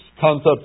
concepts